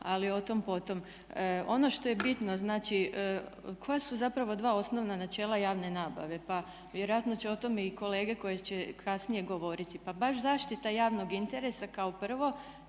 Ali otom, potom. Ono što je bitno, znači koja su zapravo dva osnovna načela javne nabave? Pa vjerojatno će o tome i kolege koje će kasnije govoriti. Pa baš zaštita javnog interesa kao prvo